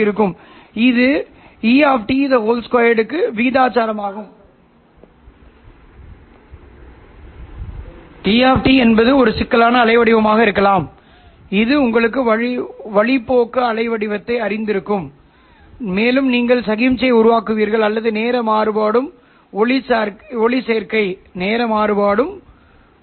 எனவே இந்த சூத்திரத்தைப் பயன்படுத்தினால் இவை இரண்டும் கொசைன் சிக்னல்கள் என்பதால் நான் அவற்றைப் பெருக்க முடியும் நான் விவரங்களைக் காட்ட மாட்டேன் ஆனால் இது மிகவும் எளிமையான உண்மை நீங்கள் முடிவடையும் முக்கோணவியல் சூத்திரத்தைப் பயன்படுத்துவதில் இருந்து நீங்கள் காணலாம்